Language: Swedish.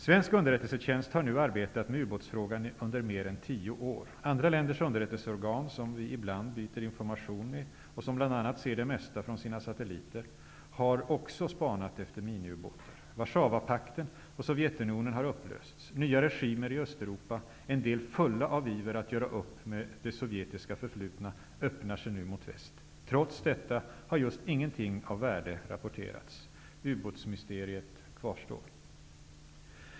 Svensk underrättelsetjänst har nu arbetat med ubåtsfrågan under mer än tio år. Andra länders underrättelseorgan, som vi ibland byter information med och som bl.a. ser det mesta från sina satelliter, har också spanat efter miniubåtar. Warszawapakten och Sovjetunionen har upplösts. Nya regimer i Östeuropa, en del fulla av iver att göra upp med det sovjetiska förflutna, öppnar sig nu mot väst. Trots detta har just ingenting av värde rapporterats. Ubåtsmysteriet kvarstår.